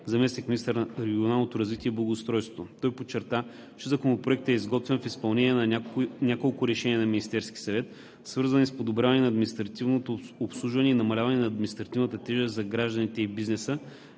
заместник-министър на регионалното развитие и благоустройството. Той подчерта, че Законопроектът е изготвен в изпълнение на няколко решения на Министерския съвет, свързани с подобряването на административното обслужване и намаляването на административната тежест за гражданите и бизнеса,